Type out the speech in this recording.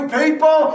people